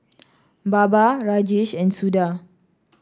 Baba Rajesh and Suda